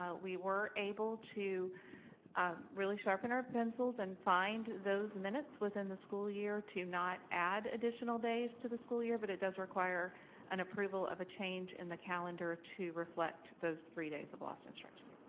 we were able to really sharpen our pencils and find those minutes within the school year to not add additional days to the school year, but it does require an approval of a change in the calendar to reflect those three days of lost instruction.